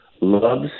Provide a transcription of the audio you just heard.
loves